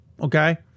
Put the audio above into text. okay